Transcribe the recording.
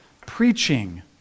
preaching